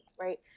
Right